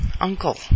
Uncle